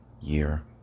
year